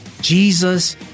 Jesus